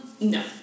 No